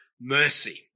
mercy